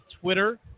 Twitter